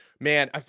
Man